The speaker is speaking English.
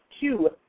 two